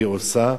והיא עושה,